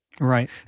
Right